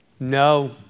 No